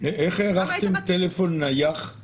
אם החוב יהיה 201,000